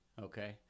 okay